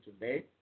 today